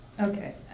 Okay